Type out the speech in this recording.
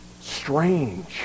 Strange